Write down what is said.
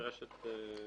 נדרש תיקון להגדרה.